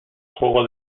juego